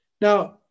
Now